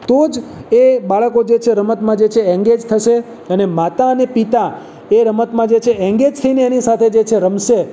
તો જ એ બાળકો જે છે રમતમાં જે છે એંગેજ થશે અને માતા અને પિતા એ રમતમાં જે છે એંગેજ થઈને એની સાથે જે છે રમશે